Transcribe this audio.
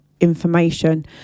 information